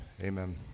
amen